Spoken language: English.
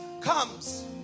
comes